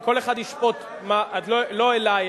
אם כל אחד ישפוט, לא אלי.